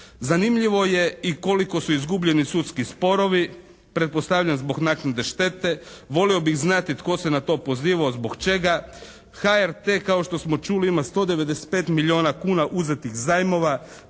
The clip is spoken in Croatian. Zanimljivo je i koliko su izgubljeni sudski sporovi, pretpostavljam zbog naknade štete. Volio bih znati tko se na to pozivao, zbog čega. HRT kao što smo čuli ima 195 milijuna kuna uzetih zajmova,